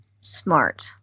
smart